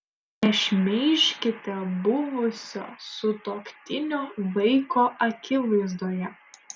nešmeižkite buvusio sutuoktinio vaiko akivaizdoje